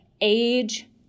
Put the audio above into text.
age